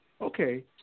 Okay